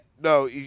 no